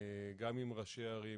גם עם ראשי הערים,